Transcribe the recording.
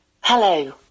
hello